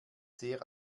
sehr